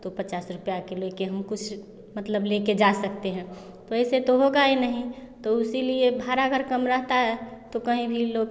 तो पचास रुपया के ले कर हम कुछ मतलब ले कर जा सकते हैं तो ऐसे तो होगा ही नहीं तो उसी लिए भाड़ा अगर कम रहता तो कहीं भी लोग